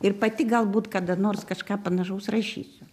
ir pati galbūt kada nors kažką panašaus rašysiu